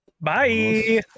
bye